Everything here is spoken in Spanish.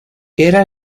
era